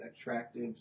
attractive